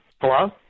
Hello